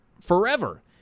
forever